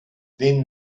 then